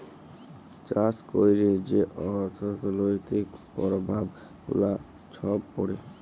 চাষ ক্যইরে যে অথ্থলৈতিক পরভাব গুলা ছব পড়ে